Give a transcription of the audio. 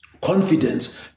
confidence